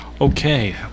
okay